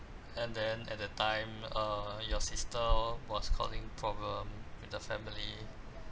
and then at that time err your sister was causing problem with the family